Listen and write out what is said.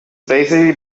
basically